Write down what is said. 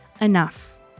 enough